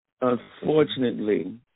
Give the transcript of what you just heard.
unfortunately